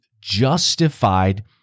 justified